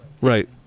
Right